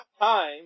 time